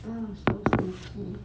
ah so sleepy